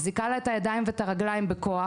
מחזיקה לה את הידיים והרגליים בכוח.